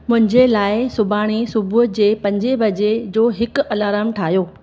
मुंंहिंजे लाइ सुभाणे सुबुह जे पंजे बजे जो हिकु अलाराम ठाहियो